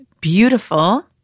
beautiful